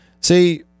See